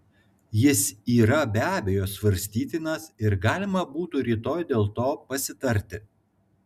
jis yra be abejo svarstytinas ir galima būtų rytoj dėl to pasitarti